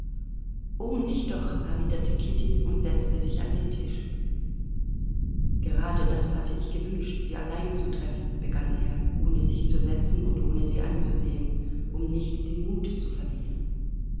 oh nicht doch erwiderte kitty und setzte sich an den tisch gerade das hatte ich gewünscht sie allein zu treffen begann er ohne sich zu setzen und ohne sie anzusehen um nicht den mut zu verlieren